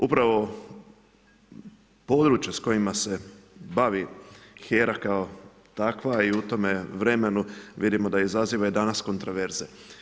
Upravo područja s kojima se bavi HERA kao takva i u tome vremenu vidimo da izaziva i danas kontroverze.